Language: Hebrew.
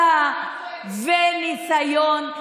הפחדה וניסיון,